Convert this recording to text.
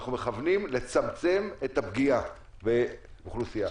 אנחנו מכוונים לצמצם את הפגיעה באוכלוסייה.